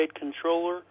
controller